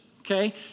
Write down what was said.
Okay